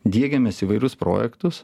diegiamės įvairius projektus